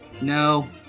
No